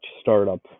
startup